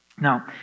Now